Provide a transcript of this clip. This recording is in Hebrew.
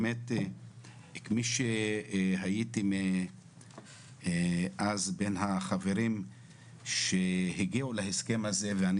הייתי בין החברים שהגיעו להסכם הזה ואני